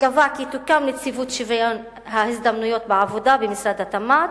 שקבע כי תוקם נציבות שוויון ההזדמנויות בעבודה במשרד התמ"ת,